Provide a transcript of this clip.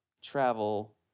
travel